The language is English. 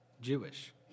Jewish